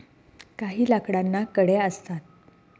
काही लाकडांना कड्या असतात